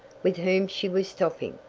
with whom she was stopping,